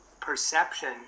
perception